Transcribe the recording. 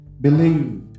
Believe